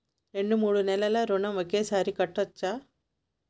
రెండు మూడు నెలల ఋణం ఒకేసారి కట్టచ్చా?